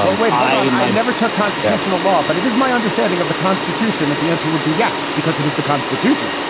i never took constitutional law. but it is my understanding of the constitution that the answer would be yes, because it is the constitution